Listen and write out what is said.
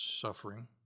suffering